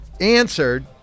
answered